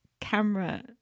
camera